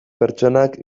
pertsonak